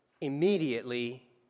immediately